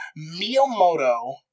Miyamoto